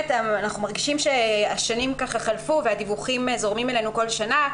אנחנו מרגישים שהשנים חלפו והדיווחים זורמים אלינו בכל שנה.